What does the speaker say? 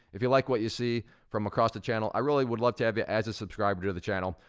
if you like, what you see from across the channel, i really would love to have you as a subscriber to the channel.